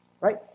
right